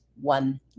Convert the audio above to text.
one